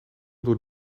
door